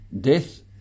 death